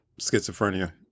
schizophrenia